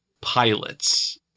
pilots